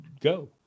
go